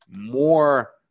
more